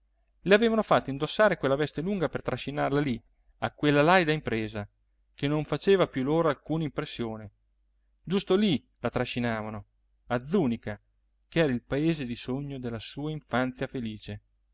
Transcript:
le avevano fatto indossare quella veste lunga per trascinarla lì a quella laida impresa che non faceva l'uomo solo luigi pirandello più loro alcuna impressione giusto lì la trascinavano a zùnica ch'era il paese di sogno della sua infanzia felice